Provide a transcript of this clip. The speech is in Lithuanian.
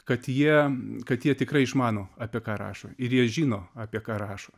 kad jie kad jie tikrai išmano apie ką rašo ir jie žino apie ką rašo